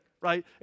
right